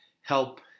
help